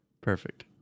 Perfect